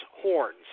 horns